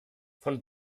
von